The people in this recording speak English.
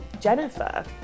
jennifer